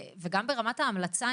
וגם ברמת ההמלצה,